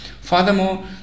Furthermore